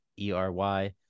e-r-y